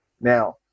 Now